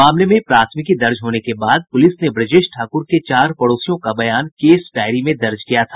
मामले में प्राथमिकी दर्ज होने के बाद पुलिस ने ब्रजेश ठाकूर के चार पड़ोसियों का बयान केस डायरी में दर्ज किया था